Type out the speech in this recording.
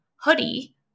Hoodie